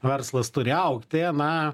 verslas turi augti na